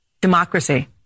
Democracy